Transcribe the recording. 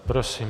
Prosím.